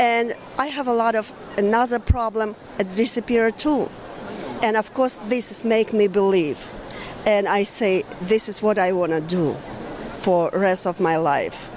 and i have a lot of another problem a disappear too and of course this make me believe and i say this is what i want to do for rest of my life